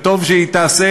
וטוב שהיא תעשה,